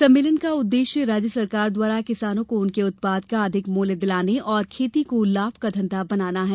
सम्मेलन का उद्देश्य राज्य सरकार द्वारा किसानों को उनके उत्पाद का अधिक मूल्य दिलाने और खेती को लाभ का धंधा बनाना है